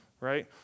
Right